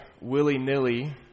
willy-nilly